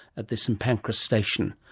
at the st pancras station.